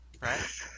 right